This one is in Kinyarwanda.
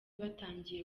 batangiye